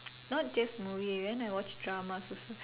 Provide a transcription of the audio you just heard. not just movie when I watch dramas also